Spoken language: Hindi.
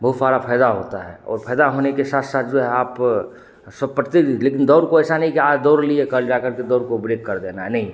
बहुत सारा फायदा होता है और फायदा होने के साथ साथ जो है आप सब पढ़ते लेकिन दौड़ को ऐसा नहीं कि आज दौड़ लिए कल जा करके दौड़ को ब्रेक कर देना है नहीं